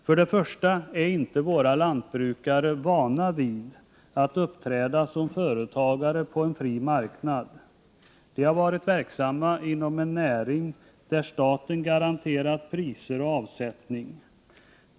För det första är inte våra lantbrukare vana vid att uppträda som företagare på en fri marknad. De har varit verksamma inom en näring, där staten garanterat priser och avsättning.